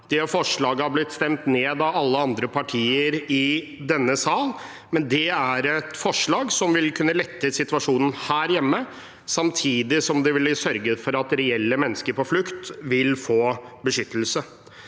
Det forslaget har blitt stemt ned av alle andre partier i denne sal, men det er et forslag som vil kunne lette situasjonen her hjemme, samtidig som det ville sørge for at mennesker på reell flukt vil få beskyttelse.